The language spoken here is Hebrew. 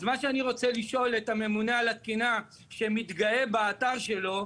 אז מה שאני רוצה לשאול את הממונה על התקינה שמתגאה באתר שלו,